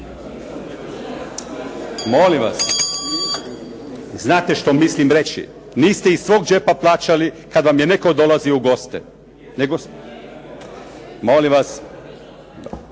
Molim vas. Znate što mislim reći. Niste iz svog džepa plaćali kad vam je netko dolazio u goste, nego. Molim vas.